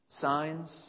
Signs